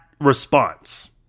response